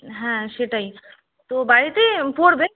হ্যাঁ সেটাই তো বাড়িতেই পড়বে